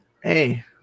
hey